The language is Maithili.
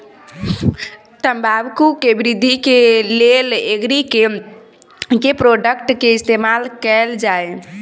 तम्बाकू केँ वृद्धि केँ लेल एग्री केँ के प्रोडक्ट केँ इस्तेमाल कैल जाय?